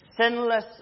sinless